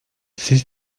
siz